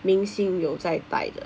明星有在摆的